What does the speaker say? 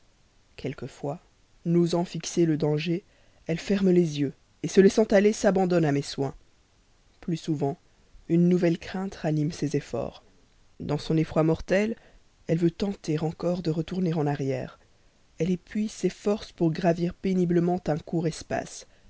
quelquefois n'osant fixer le danger elle ferme les yeux se laissant aller s'abandonne à mes soins plus souvent une nouvelle crainte la ramène vers lui dans son effroi mortel elle veut tenter encore de retourner en arrière elle épuise ses forces pour gravir péniblement un court espace